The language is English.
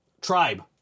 tribe